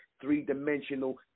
three-dimensional